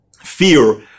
fear